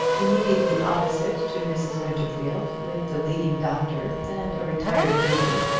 immediately opposite to mrs. winterfield lived the leading doctor and a retired builder,